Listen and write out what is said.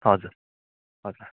हजुर हजुर